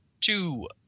two